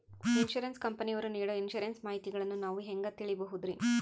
Insurance ಕಂಪನಿಯವರು ನೇಡೊ insurance ಮಾಹಿತಿಗಳನ್ನು ನಾವು ಹೆಂಗ ತಿಳಿಬಹುದ್ರಿ?